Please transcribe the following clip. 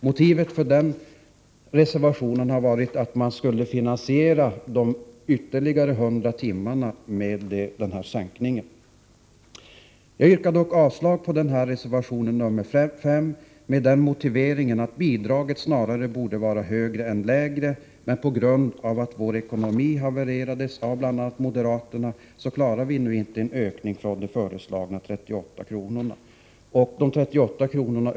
Motivet för reservationen är att finansiera de ytterligare 100 timmarna med denna sänkning. Jag yrkar avslag på reservation nr 5, med motiveringen att bidraget snarare borde vara högre än lägre. Men på grund av att vår ekonomi havererades av bl.a. moderaterna klarar vi nu inte en ökning från de föreslagna 38 kronorna. Ett bidrag med 38 kr.